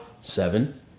Seven